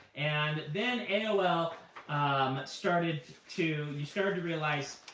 and then aol um started to, you started to realize,